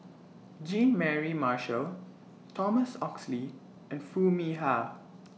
Jean Mary Marshall Thomas Oxley and Foo Mee Har